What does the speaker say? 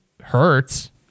hurts